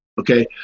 Okay